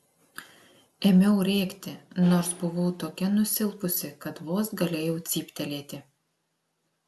ėmiau rėkti nors buvau tokia nusilpusi kad vos galėjau cyptelėti